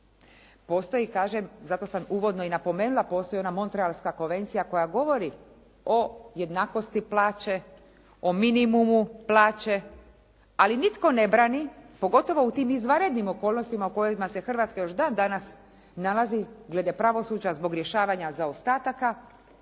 zato sam uvodno i napomenula, postoji Montrealska konvencija koja govori o jednakosti plaće, o minimumu plaće ali nitko ne brani pogotovo u tim izvanrednim okolnostima u kojima se Hrvatska još dan danas nalazi glede pravosuđa zbog rješavanja zaostataka